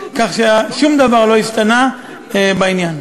כך ששום דבר לא השתנה בעניין.